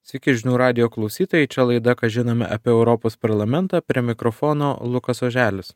sveiki žinių radijo klausytojai čia laida ką žinome apie europos parlamentą prie mikrofono lukas oželis